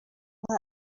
nka